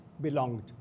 belonged